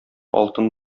алтын